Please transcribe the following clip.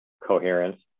coherence